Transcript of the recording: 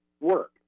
work